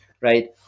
right